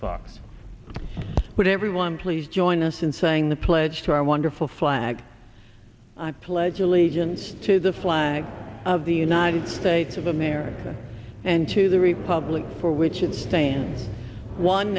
fox but everyone please join us in saying the pledge to i wonder for flag i pledge allegiance to the flag of the united states of america and to the republic for which is saying one